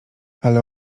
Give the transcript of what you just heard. ale